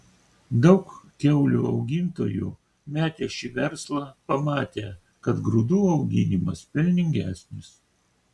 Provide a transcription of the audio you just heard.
daug kiaulių augintojų metė šį verslą pamatę kad grūdų auginimas pelningesnis